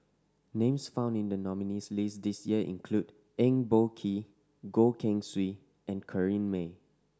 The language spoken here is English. names found in the nominees' list this year include Eng Boh Kee Goh Keng Swee and Corrinne May